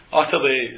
utterly